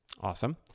Awesome